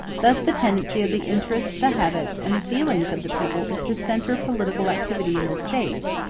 thus the tendency of the interests, the habits, and the feelings of the people is to centre political activity in the states,